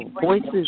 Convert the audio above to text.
Voices